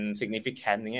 significant